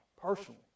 personally